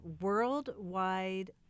Worldwide